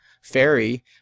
fairy